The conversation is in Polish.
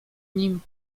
nim